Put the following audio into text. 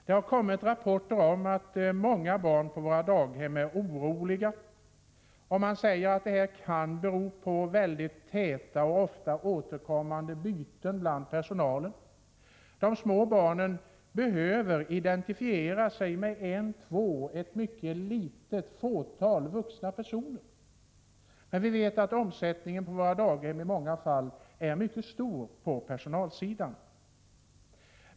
Det har kommit rapporter om att många barn på våra daghem är oroliga. Man säger att det kan bero på väldigt täta och ofta återkommande byten bland personalen. De små barnen behöver identifiera sig med en, två — ett mycket litet fåtal — vuxna personer. Men vi vet att personalomsättningen på våra daghem i många fall är mycket stor.